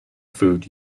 food